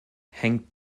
hängt